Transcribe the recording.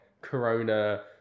Corona